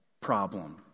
problem